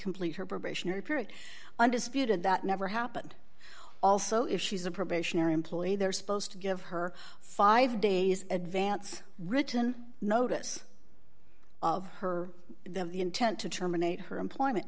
complete her probationary period undisputed that never happened also if she's a probationary employee they're supposed to give her five days advance written notice of her them the intent to terminate her employment